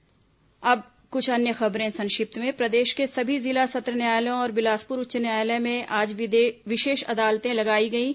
संक्षिप्त समाचार अब कुछ अन्य खबरें संक्षिप्त में प्रदेश के सभी जिला सत्र न्यायालयों और बिलासपुर उच्च न्यायालय में आज विशेष अदालतें लगाई गईं